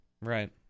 Right